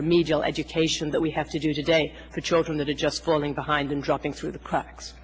remedial education that we have to do today the children that are just falling behind and dropping through the cracks